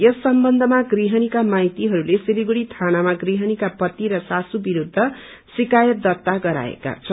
यस सम्बन्धमा गृहणीका माईतीहरूले सिलीगुड़ी थानामा गृहणीका पति र सासु बिरूद्ध शिकायत दत्ता गराएका छन्